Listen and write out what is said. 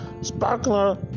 sparkler